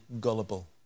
gullible